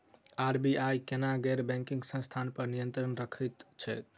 RBI केना गैर banking संस्था पर नियत्रंण राखैत छैक?